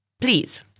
Please